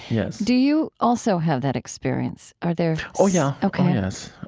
yes do you also have that experience? are there, oh, yeah. oh, yes